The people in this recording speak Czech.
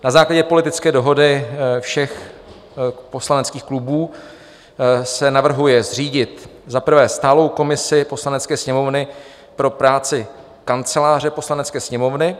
Na základě politické dohody všech poslaneckých klubů se navrhuje zřídit za prvé stálou komisi Poslanecké sněmovny pro práci Kanceláře Poslanecké sněmovny.